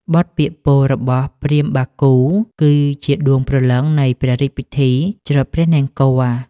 បទពាក្យពោលរបស់ព្រាហ្មណ៍បាគូ គឺជាដួងព្រលឹងនៃព្រះរាជពិធីច្រត់ព្រះនង្គ័ល។